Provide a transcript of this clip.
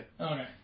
Okay